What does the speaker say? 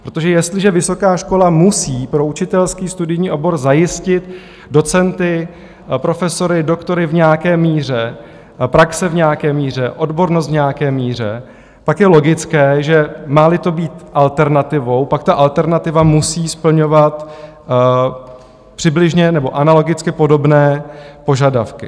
Protože jestliže vysoká škola musí pro učitelský studijní obor zajistit docenty, profesory, doktory v nějaké míře, praxe v nějaké míře, odbornost v nějaké míře, pak je logické, že máli to být alternativou, pak ta alternativa musí splňovat přibližně nebo analogicky podobné požadavky.